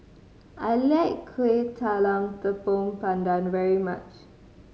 I like Kueh Talam Tepong Pandan very much